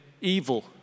evil